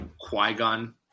Qui-Gon